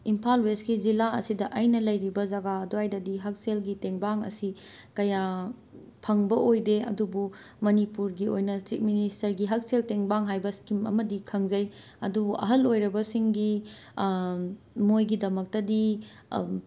ꯏꯝꯐꯥꯜ ꯋꯦꯁꯀꯤ ꯖꯤꯂꯥ ꯑꯁꯤꯗ ꯑꯩꯅ ꯂꯩꯔꯤꯕ ꯖꯒꯥ ꯑꯗ꯭ꯋꯥꯏꯗꯗꯤ ꯍꯛꯁꯦꯜꯒꯤ ꯇꯦꯡꯕꯥꯡ ꯑꯁꯤ ꯀꯌꯥ ꯐꯪꯕ ꯑꯣꯏꯗꯦ ꯑꯗꯨꯕꯨ ꯃꯅꯤꯄꯨꯔꯒꯤ ꯑꯣꯏꯅ ꯆꯤꯞ ꯃꯤꯅꯤꯁꯇꯔꯒꯤ ꯍꯛꯁꯦꯜ ꯇꯦꯡꯕꯥꯡ ꯍꯥꯏꯕ ꯁ꯭ꯀꯤꯝ ꯑꯃꯈꯛꯇꯤ ꯈꯪꯖꯩ ꯑꯗꯨꯕꯨ ꯑꯍꯜ ꯑꯣꯏꯔꯕꯁꯤꯡꯒꯤ ꯃꯣꯏꯒꯤꯗꯃꯛꯇꯗꯤ